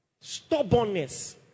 Stubbornness